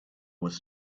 was